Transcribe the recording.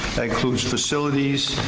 that includes facilities,